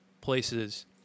places